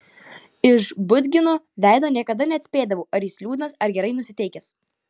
iš budgino veido niekada neatspėdavau ar jis liūdnas ar gerai nusiteikęs